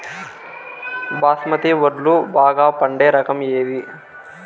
బాస్మతి వడ్లు బాగా పండే రకం ఏది